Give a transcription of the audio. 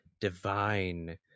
divine